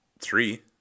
three